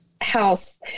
house